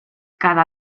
cada